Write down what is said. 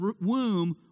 womb